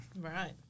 Right